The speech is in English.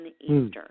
Eastern